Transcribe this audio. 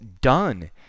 done